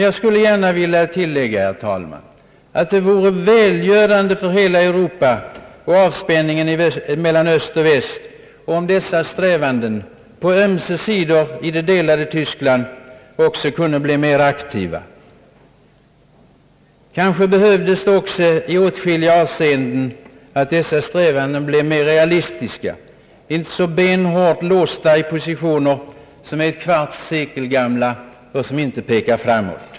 Jag skulle gärna vilja tillägga, herr talman, att det vore välgörande för hela Europa och för avspänningen öst—väst om dessa strävanden kunde bli mer aktiva också på ömse sidor i det delade Tyskland. Kanske behövde de också i åtskilliga avseenden bli mer realis tiska och inte så benhårt låsta i positioner som är ett kvartsekel gamla och som inte pekar framåt.